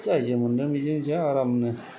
जायजों मोनदों बेजोंनो जा आरामनो